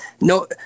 no